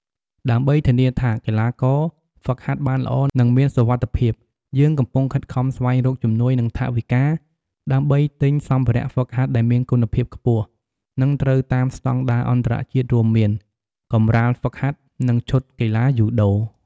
ដើម្បីធានាថាកីឡាករហ្វឹកហាត់បានល្អ និងមានសុវត្ថិភាព យើងកំពុងខិតខំស្វែងរកជំនួយ និងថវិកា ដើម្បីទិញ សម្ភារៈហ្វឹកហាត់ដែលមានគុណភាពខ្ពស់ និងត្រូវតាមស្តង់ដារអន្តរជាតិរួមមាន កម្រាលហ្វឹកហាត់ និង ឈុតកីឡាយូដូ ។